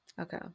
Okay